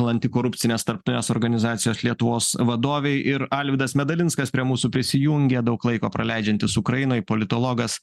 antikorupcinės tarptautinės organizacijos lietuvos vadovei ir alvydas medalinskas prie mūsų prisijungė daug laiko praleidžiantis ukrainoj politologas